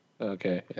Okay